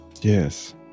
yes